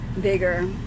bigger